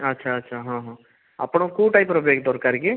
ଆଚ୍ଛା ଆଚ୍ଛା ହଁ ହଁ ଆପଣ କେଉଁ ଟାଇପ୍ର ବ୍ୟାଗ୍ ଦରକାର କି